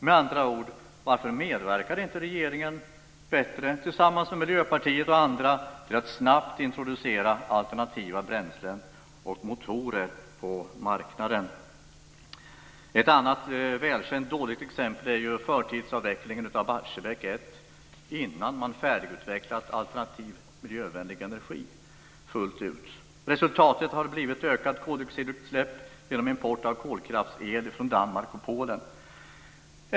Med andra ord: Varför medverkar inte regeringen bättre tillsammans med Miljöpartiet och andra för att snabbt introducera alternativa bränslen och motorer på marknaden? Ett annat välkänt dåligt exempel är ju förtidsavvecklingen av Barsebäck 1 innan man färdigutvecklat alternativ, miljövänlig energi fullt ut. Resultatet har blivit ökade koldioxidutsläpp genom import av kolkraftsel från Danmark och Polen.